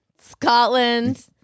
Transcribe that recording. Scotland